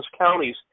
counties